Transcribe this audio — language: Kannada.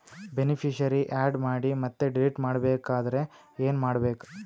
ಬೆನಿಫಿಶರೀ, ಆ್ಯಡ್ ಮಾಡಿ ಮತ್ತೆ ಡಿಲೀಟ್ ಮಾಡಬೇಕೆಂದರೆ ಏನ್ ಮಾಡಬೇಕು?